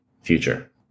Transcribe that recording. future